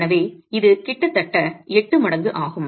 எனவே இது கிட்டத்தட்ட 8 மடங்கு ஆகும்